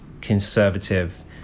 conservative